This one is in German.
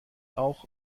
auch